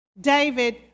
David